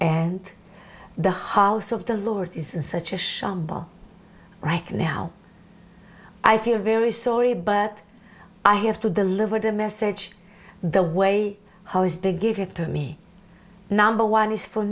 and the house of the lord is in such a shambles right now i feel very sorry but i have to deliver the message the way how is the give it to me number one is for